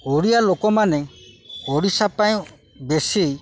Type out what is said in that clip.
ଓଡ଼ିଆ ଲୋକମାନେ ଓଡ଼ିଶା ପାଇଁ ବେଶୀ